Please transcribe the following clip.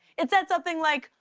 it said something like,